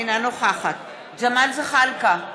אינה נוכחת ג'מאל זחאלקה,